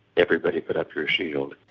everybody put up your shield.